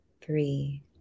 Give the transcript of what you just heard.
three